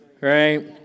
right